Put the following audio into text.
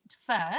first